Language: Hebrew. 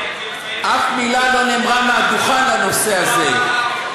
אף מילה לא נאמרה מהדוכן בנושא הזה.